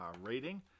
rating